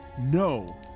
no